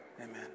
amen